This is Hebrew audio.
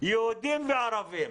יהודים וערבים.